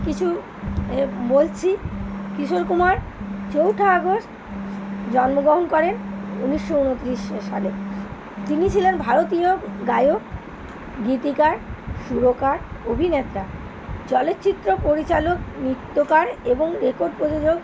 কিছু বলছি কিশোর কুমার চৌঠা আগস্ট জন্মগ্রহণ করেন উনিশশো ঊনত্রিশ সালে তিনি ছিলেন ভারতীয় গায়ক গীতিকার সুরকার অভিনেতা চলচ্চিত্র পরিচালক নৃত্যকার এবং রেকর্ড প্রযোজক